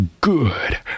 good